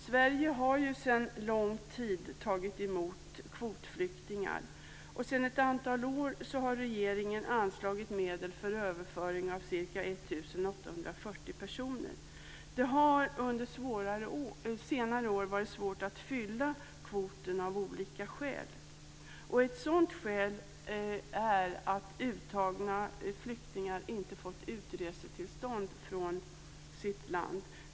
Sverige har ju sedan lång tid tagit emot kvotflyktingar. Sedan ett antal år har regeringen anslagit medel för överföring av ca 1 840 personer. Under senare år har det varit svårt att fylla kvoten av olika skäl. Ett sådant skäl är att uttagna flyktingar inte fått utresetillstånd från sitt land.